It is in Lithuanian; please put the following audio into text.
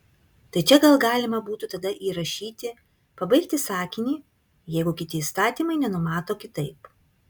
tai čia gal galima būtų tada įrašyti pabaigti sakinį jeigu kiti įstatymai nenumato kitaip